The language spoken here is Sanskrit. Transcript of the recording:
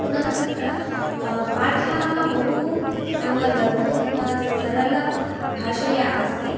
पुनः तत्र पाठाः बहु नाम लघु तथा सरलभाषया आसीत्